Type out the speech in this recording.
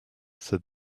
said